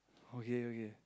okay okay